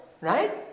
right